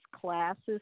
classes